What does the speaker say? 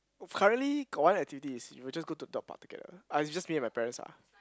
currently got one activity is you'll just go to dog park together ah it's just me and my parents ah